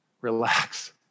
relax